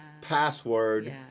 password